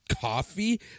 coffee